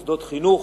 מוסד חינוך,